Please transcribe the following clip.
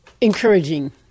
encouraging